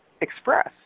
express